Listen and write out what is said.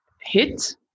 hit